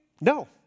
No